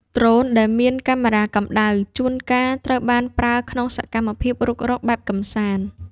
ដ្រូនដែលមានកាមេរ៉ាកម្ដៅ ជួនកាលត្រូវបានប្រើក្នុងសកម្មភាពរុករកបែបកម្សាន្ត។